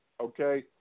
okay